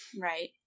Right